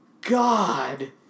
God